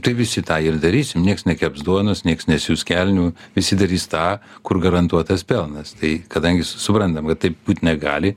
tai visi tą ir darys ir nieks nekeps duonos nieks nesius kelnių visi darys tą kur garantuotas pelnas tai kadangi suprantam kad taip būt negali